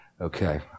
Okay